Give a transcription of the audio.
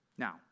Now